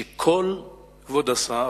כבוד השר,